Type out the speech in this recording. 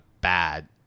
bad